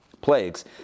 plagues